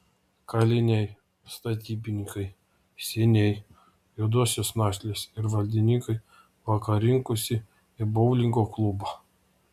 kaliniai statybininkai seniai juodosios našlės ir valdininkai vakar rinkosi į boulingo klubą